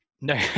no